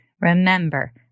remember